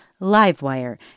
LiveWire